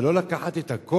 אבל לא לקחת את הכול.